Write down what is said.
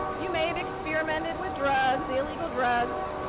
you may have experimented with drugs. illegal drugs.